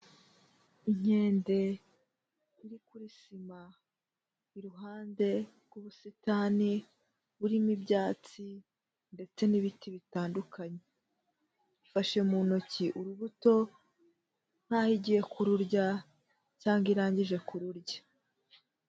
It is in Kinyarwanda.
Inkende iri kuri sima iruhande rw'ubusitani burimo ibyatsi ndetse n'ibiti bitandukanye. Ifashe mu ntoki urubuto nk'aho igiye kururya cyangwa irangije kururya.